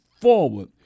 forward